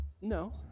No